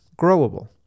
growable